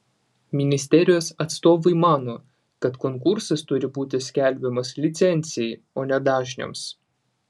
ministerijos atstovai mano kad konkursas turi būti skelbiamas licencijai o ne dažniams